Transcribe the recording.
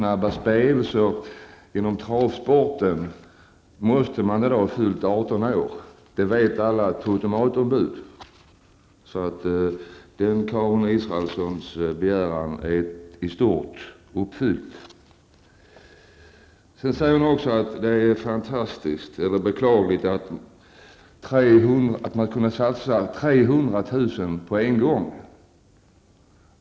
18 år, det vet alla totomatombud. Så Karin Israelssons begäran i detta avseende är i stort uppfylld. Karin Israelsson säger att det är beklagligt att man kan satsa 300 000 kr. på en gång.